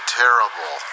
terrible